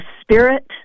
spirit